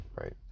right